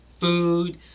food